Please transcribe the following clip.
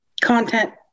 Content